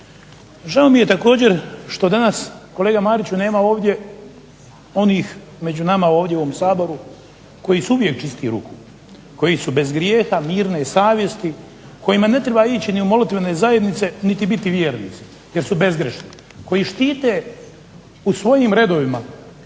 Žao mi je također što danas kolega Mariću nema ovdje onih među nama ovdje u ovom Saboru koji su uvijek čistih ruku, koji su bez grijeha, mirne savjesti, kojima ne treba ići ni u molitvene zajednice niti biti vjernici jer su bezgrešni. Koji štite u svojim redovima